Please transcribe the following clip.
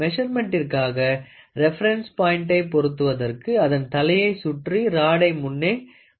மெசர்மென்ட்ட்டிற்காக reference பாயின்ட்டை பெறுவதற்கு அதன் தலையயை சுற்றி ராடை முன்னே கொண்டு போகலாம்